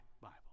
bible